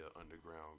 underground